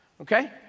Okay